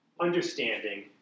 understanding